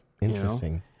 Interesting